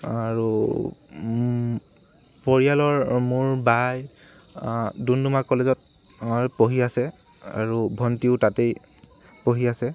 আৰু পৰিয়ালৰ মোৰ বাই ডুমডুমা কলেজত পঢ়ি আছে আৰু ভণ্টিও তাতেই পঢ়ি আছে